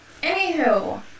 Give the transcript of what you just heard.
Anywho